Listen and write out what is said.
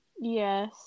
Yes